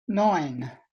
nine